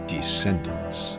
Descendants